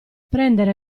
prendere